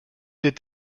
des